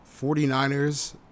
49ers